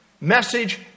message